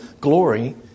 glory